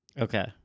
Okay